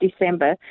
December